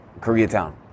Koreatown